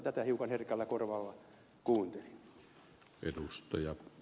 tätä hiukan herkällä korvalla kuuntelin